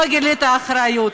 פה גילית אחריות,